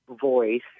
voice